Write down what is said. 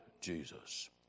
Jesus